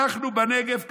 אנחנו בנגב ככה: